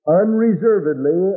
unreservedly